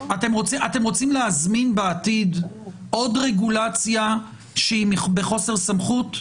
אתם רוצים להזמין בעתיד עוד רגולציה שהיא בחוסר סמכות?